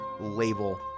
label